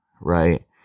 right